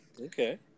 Okay